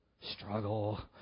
Struggle